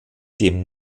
dem